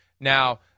Now